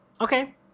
Okay